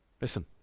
Listen